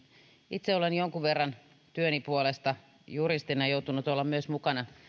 itse olen jonkun verran työni puolesta juristina joutunut olemaan myös mukana